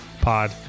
pod